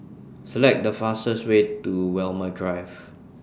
Select The fastest Way to Walmer Drive